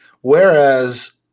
whereas